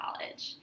college